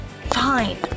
Fine